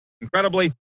incredibly